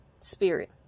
spirit